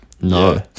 No